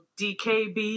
dkb